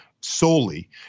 solely